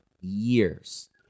years